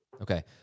Okay